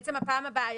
בעצם הפעם הבאה,